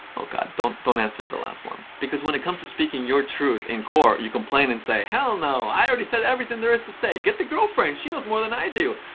oh god, don't don't answer the last one. because when it comes to speaking your truth in court you complain and say, hell no i already said everything there is to say! get the girlfriend, she knows more than i do!